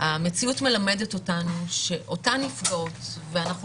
המציאות מלמדת אותנו שאותן נפגעות ואנחנו